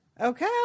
Okay